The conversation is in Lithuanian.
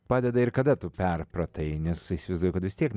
padeda ir kada tu perpratai nes įsivaizduoju kad vis tiek